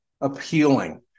appealing